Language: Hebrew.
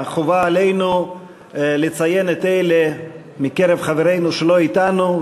חובה עלינו לציין את אלה מקרב חברינו שאינם אתנו,